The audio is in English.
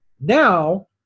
now